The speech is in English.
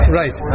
right